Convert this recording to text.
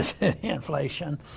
inflation